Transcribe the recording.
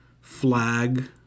Flag